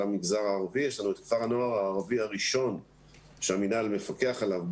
המגזר הערבי יש לנו את כפר הנוער הערבי הראשון שהמינהל מפקח עליו,